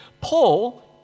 Paul